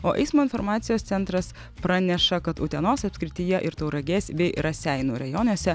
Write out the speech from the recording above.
o eismo informacijos centras praneša kad utenos apskrityje ir tauragės bei raseinių rajonuose